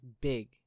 big